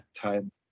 time